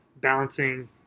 balancing